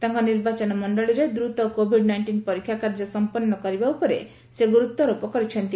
ତାଙ୍କ ନିର୍ବାଚନ ମଣ୍ଡଳୀରେ ଦ୍ରତ କୋଭିଡ୍ ନାଇଷ୍ଟିନ୍ ପରୀକ୍ଷା କାର୍ଯ୍ୟ ସମ୍ପନ୍ନ କରିବା ଉପରେ ସେ ଗୁରୁତ୍ୱାରୋପ କରିଛନ୍ତି